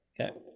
Okay